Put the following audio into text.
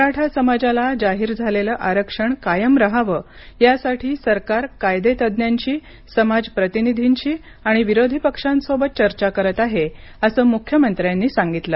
मराठा समाजाला जाहीर झालेलं आरक्षण कायम रहावं यासाठी सरकार कायदेतज्ज्ञांशी समाज प्रतिनिधींशी आणि विरोधी पक्षांसोबत चर्चा करत आहे असं मुख्यमंत्र्यांनी सांगितलं